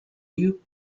you